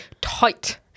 tight